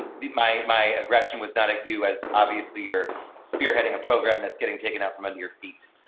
did my my impression was that at us, obviously you're spearheading a program that's getting taken out from under your feet.